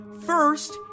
First